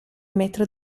metro